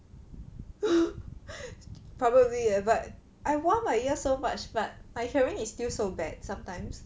probably ya but I 挖 my ear so much but my hearing is still so bad sometimes